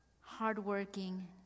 hardworking